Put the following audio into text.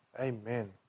Amen